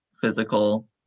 physical